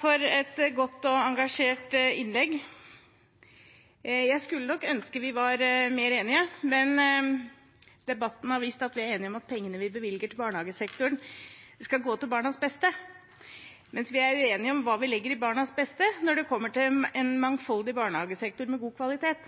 for et godt og engasjert innlegg. Jeg skulle nok ønske vi var mer enige, men debatten har vist at vi er enige om at pengene vi bevilger til barnehagesektoren, skal gå til barnas beste, mens vi er uenige om hva vi legger i barnas beste når det kommer til en mangfoldig barnehagesektor med god kvalitet.